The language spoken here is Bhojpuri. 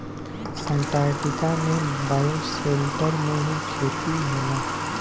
अंटार्टिका में बायोसेल्टर में ही खेती होला